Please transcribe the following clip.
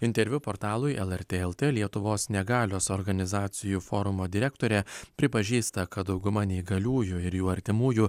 interviu portalui lrt lt lietuvos negalios organizacijų forumo direktorė pripažįsta kad dauguma neįgaliųjų ir jų artimųjų